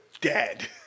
dead